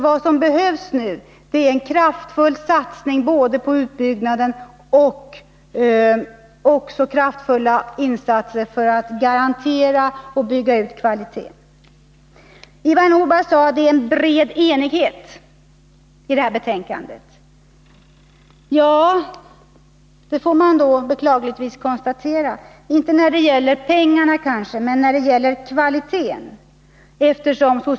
Vad som nu behövs är nämligen en kraftfull satsning på utbyggnaden och kraftfulla insatser för att garantera en bra kvalitet inom barnomsorgen. Ivar Nordberg sade att det är en bred enighet bakom betänkandet. Ja, beklagligtvis är det så, måhända inte i fråga om de pengar som anslås men väl när det gäller kvaliteten.